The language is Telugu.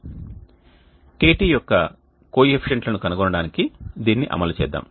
kt యొక్క కోఎఫీషియంట్లను కనుగొనడానికి దీన్ని అమలు చేద్దాం